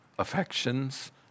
affections